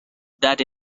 that